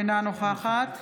אינה נוכחת